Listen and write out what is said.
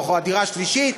או "הדירה השלישית",